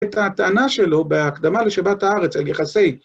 את הטענה שלו בהקדמה לשבת הארץ על יחסי